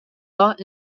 thought